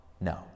no